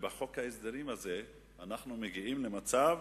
ובחוק ההסדרים הזה אנחנו מגיעים למצב